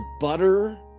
butter